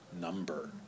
Number